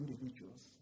individuals